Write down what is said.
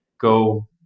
go